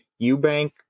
Eubank